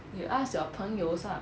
you ask your 朋友 lah